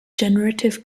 generative